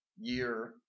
year